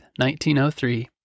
1903